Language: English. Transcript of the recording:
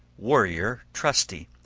warrior trusty,